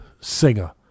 singer